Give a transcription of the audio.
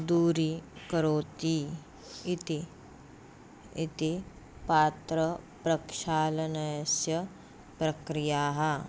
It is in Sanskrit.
दूरीकरोति इति इति पात्रप्रक्षालनस्य प्रक्रियाः